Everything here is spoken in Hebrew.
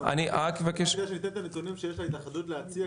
ניתן את הנתונים שיש להתאחדות להציג,